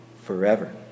forever